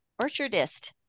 orchardist